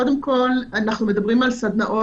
קודם כול, אנחנו מדברים על סדנאות